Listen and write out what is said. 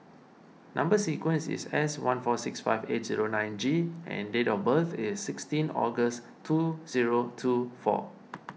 Number Sequence is S one four six five eight zero nine G and date of birth is sixteen August two zero two four